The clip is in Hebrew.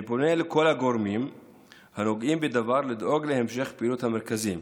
אני פונה לכל הגורמים הנוגעים בדבר לדאוג להמשך פעילות המרכזים,